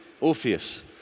Orpheus